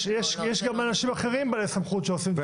יש גם אנשים אחרים בעלי סמכות שעושים דברים לא בסדר.